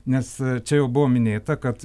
nes čia jau buvo minėta kad